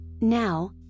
Now